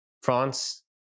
France